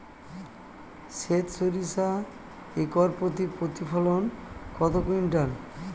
সেত সরিষা একর প্রতি প্রতিফলন কত কুইন্টাল?